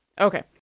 okay